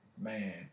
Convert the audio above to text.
Man